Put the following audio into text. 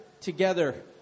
together